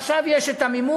עכשיו יש מימון,